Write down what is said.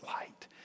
light